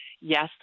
yes